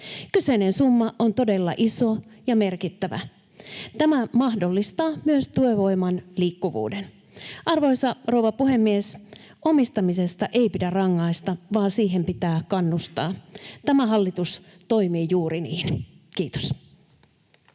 Kyseinen summa on todella iso ja merkittävä. Tämä mahdollistaa myös työvoiman liikkuvuuden. Arvoisa rouva puhemies! Omistamisesta ei pidä rangaista, vaan siihen pitää kannustaa. Tämä hallitus toimii juuri niin. — Kiitos.